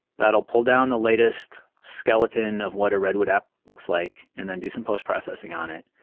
that'll pull down the latest skeleton of what a redwood app looks like and then do some post processing on it.